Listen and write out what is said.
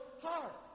heart